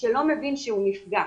שלא מבין שהוא נפגע.